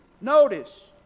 Notice